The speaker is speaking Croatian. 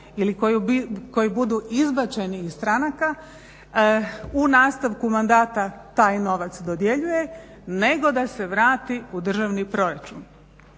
ili koji budu izbačeni iz stranaka u nastavku mandata taj novac dodjeljuje, nego da se vrati u državni proračun.